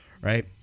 Right